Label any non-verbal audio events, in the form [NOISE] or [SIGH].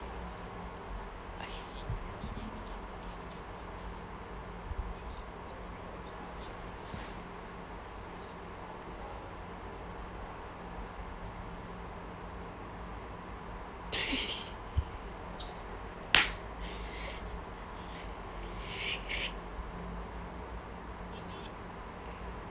[LAUGHS]